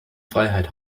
freiheit